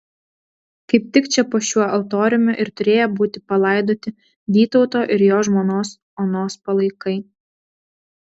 kaip tik čia po šiuo altoriumi ir turėję būti palaidoti vytauto ir jo žmonos onos palaikai